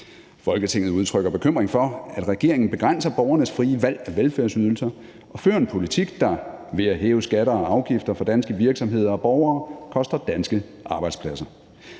Folketinget udtrykker bekymring for, at regeringen begrænser borgernes frie valg af velfærdsydelser og fører en politik, der – ved at hæve skatter og afgifter for danske virksomheder og borgere – koster danske arbejdspladser.